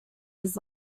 his